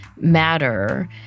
matter